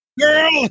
girl